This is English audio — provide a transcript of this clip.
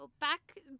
back